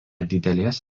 didelės